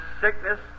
sickness